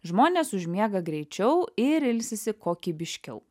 žmonės užmiega greičiau ir ilsisi kokybiškiau